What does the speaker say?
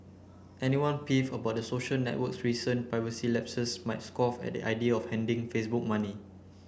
anyone peeved about the social network's recent privacy lapses might scoff at the idea of handing Facebook money